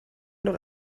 doch